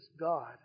God